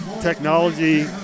technology